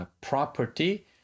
property